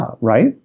right